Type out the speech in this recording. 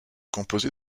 composé